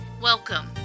Welcome